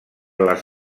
les